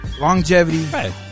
Longevity